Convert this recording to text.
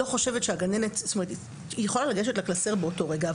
הגננת יכולה לגשת לקלסר באותו רגע,